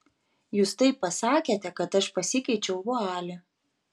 jūs taip pasakėte kad aš pasikeičiau vualį